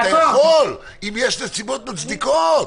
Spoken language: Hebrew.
אתה יכול אם יש נסיבות מצדיקות.